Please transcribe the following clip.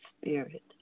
spirit